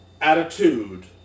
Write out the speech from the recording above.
attitude